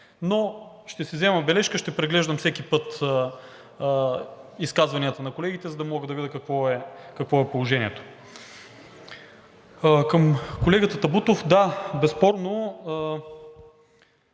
Но ще си взема бележка. Ще преглеждам всеки път изказванията на колегите, за да мога да видя какво е положението. Към колегата Табутов – да, безспорно